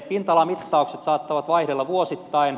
pinta alamittaukset saattavat vaihdella vuosittain